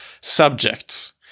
subjects